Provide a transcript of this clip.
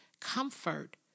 comfort